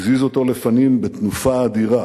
הזיז אותו לפנים בתנופה אדירה,